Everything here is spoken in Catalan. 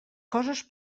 coses